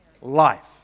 life